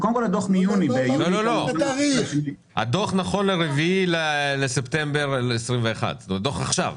לא, הדוח נכון ל-4 בספטמבר 21', דוח מעכשיו.